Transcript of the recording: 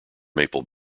maple